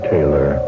Taylor